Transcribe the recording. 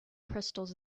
crystals